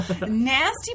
nasty